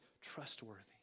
trustworthy